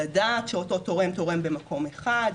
לדעת שאותו תורם-תורם במקום אחד,